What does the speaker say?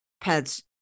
pets